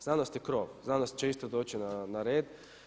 Znanost je krov, znanost će isto doći na red.